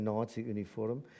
Nazi-uniform